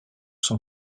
son